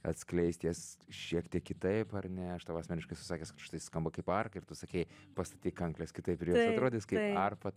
atskleisti jas šiek tiek kitaip ar ne aš tau asmeniškai esu sakęs kad štai skamba kaip arkai ir tu sakei pastatyk kankles kitaip ir jos atrodys kaip arfa